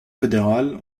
fédéral